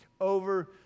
over